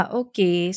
okay